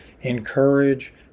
encourage